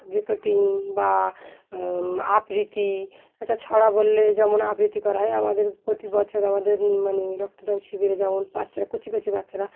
recording বা আবৃত্তি একটা ছড়া বললে যেমন আবৃত্তি করা হয় আমাদের প্রতি বছর আমাদের মানে রক্তদান শিবিরে যেমন বাচ্চারা কুচি কুচি বাচ্চারা